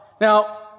Now